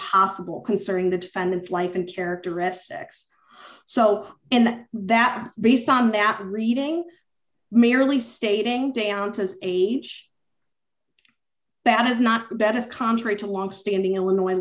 possible concerning the defendant's life and characteristics so and that based on that reading merely stating down to age bad is not that is contrary to long standing illinois